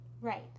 Right